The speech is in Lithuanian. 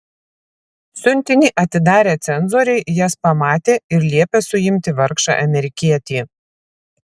siuntinį atidarę cenzoriai jas pamatė ir liepė suimti vargšą amerikietį